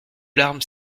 larmes